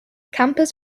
campers